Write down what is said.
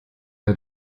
der